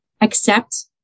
accept